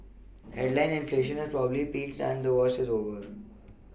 headline inflation has probably peaked and the worst is over